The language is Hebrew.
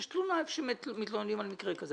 יש תלונה שמתלוננים על מקרה כזה.